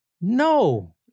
No